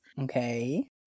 Okay